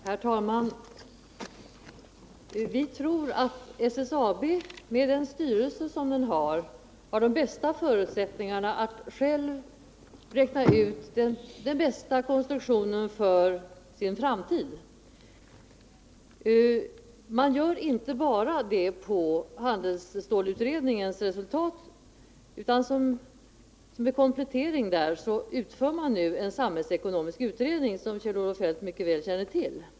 Herr talman! Med den styrelse SSAB har torde företaget ha de största förutsättningar att självt komma fram till den bästa konstruktionen för sin framtid. Det gör man inte bara på basis av handelsstålsutredningens resultat, utan med en komplettering av detta genomför man nu en samhällsekonomisk utredning, vilket Kjell-Olof Feldt mycket väl känner till.